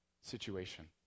situation